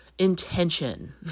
Intention